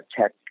tech